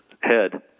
head